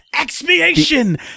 Expiation